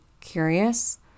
curious